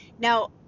now